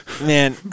man